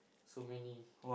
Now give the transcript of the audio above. so many